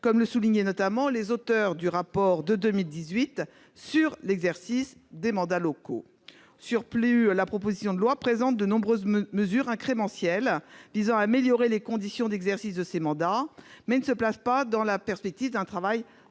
comme le soulignaient les auteurs du rapport de 2018 sur l'exercice des mandats locaux. Au surplus, la proposition de loi comporte de nombreuses mesures incrémentielles visant à améliorer les conditions d'exercice de ces mandats, mais ne se place pas dans la perspective d'un travail